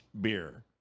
beer